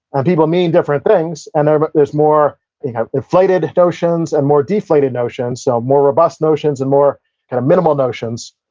um people mean different things, and but there's more inflated notions and more deflated notions. so, more robust notions and more kind of minimal notions.